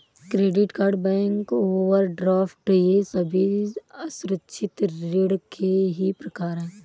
credit card bank overdraft ये सभी असुरक्षित ऋण के ही प्रकार है